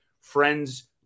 friends